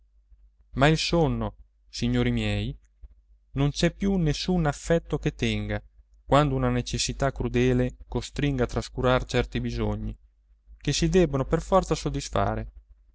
ma il sonno signori miei non c'è più nessun affetto che tenga quando una necessità crudele costringa a trascurar certi bisogni che si debbono per forza soddisfare